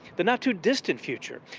the not too distant future,